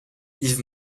yves